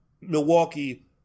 Milwaukee